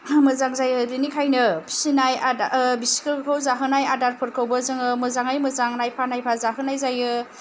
मोजां जायगा बिनिखायनो फिसिनाय आदार बिसोरखौ जाहोनाय आदारफोरखौबो जोङो मोजाङै मोजां नायफा नायफा जाहोनाय जायो